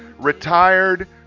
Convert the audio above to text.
retired